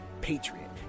patriot